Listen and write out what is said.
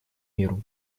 миру